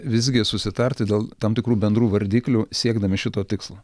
visgi susitarti dėl tam tikrų bendrų vardiklių siekdami šito tikslo